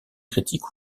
critique